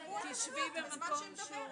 תחזרי על השאלה.